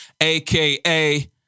AKA